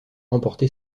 remporté